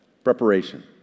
Preparation